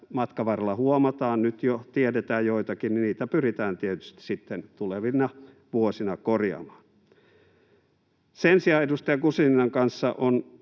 matkan varrella huomataan — nyt jo tiedetään joitakin — pyritään tietysti sitten tulevina vuosina korjaamaan. Sen sijaan edustaja Guzeninan kanssa on